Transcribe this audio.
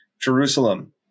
Jerusalem